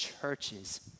churches